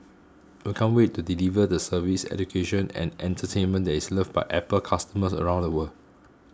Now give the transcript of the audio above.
we can't wait to deliver the service education and entertainment that is loved by Apple customers around the world